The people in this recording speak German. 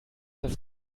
das